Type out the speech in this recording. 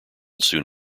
soon